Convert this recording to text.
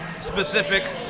specific